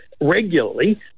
regularly